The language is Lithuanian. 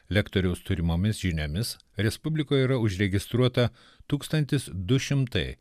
lektoriaus turimomis žiniomis respublikoj yra užregistruota tūkstantis du šimtai